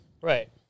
Right